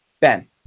Ben